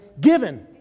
given